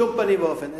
בשום פנים ואופן.